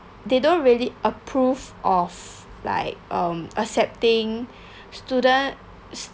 they don't really approve of like um accepting student